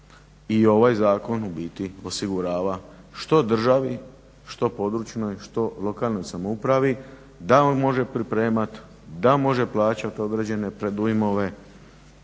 i ovaj zakon u biti osigurava što državi, što područnoj što lokalnoj samoupravi da on može pripremati, da može plaćati određene predujmove,